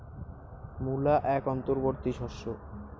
মূলা এক অন্তবর্তী শস্য